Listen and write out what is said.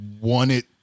wanted